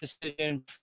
decision